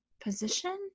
position